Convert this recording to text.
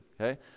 okay